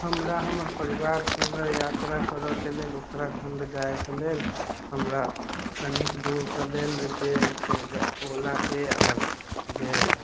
हमरा हमर परिवार सङ्गे यात्रा करैके लेल उत्तराखण्ड जाइके लेल हमरा कनिक दूरके लेल जे अछि से ओलाके आओर जे